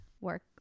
work